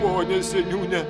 pone seniūne